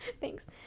thanks